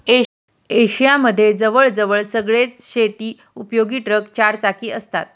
Asia मध्ये जवळ जवळ सगळेच शेती उपयोगी ट्रक चार चाकी असतात